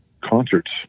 concerts